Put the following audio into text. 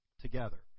together